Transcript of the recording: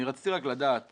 אני רציתי לדעת,